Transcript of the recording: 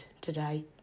today